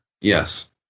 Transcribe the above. Yes